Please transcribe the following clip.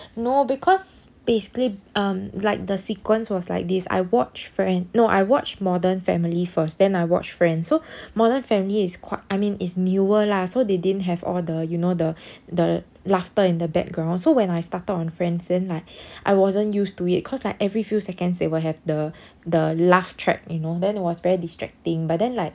no because basically um like the sequence was like this I watched friends no I watched modern family first then I watch friends so modern family is quite I mean is newer lah so they didn't have all the you know the the laughter in the background so when I started on friends then like I wasn't used to it cause like every few seconds they will have the the laugh track you know then was very distracting but then like